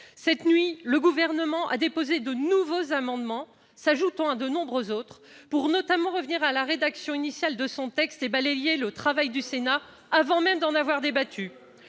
Cette nuit, le Gouvernement a déposé de nouveaux amendements, venant s'ajouter à de nombreux autres et visant notamment à revenir à la rédaction initiale de son texte et à balayer le travail du Sénat, avant même d'en avoir débattu.